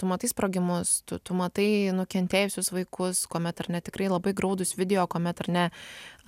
tu matai sprogimus tu tu matai nukentėjusius vaikus kuomet ar ne tikrai labai